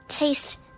Taste